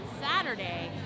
Saturday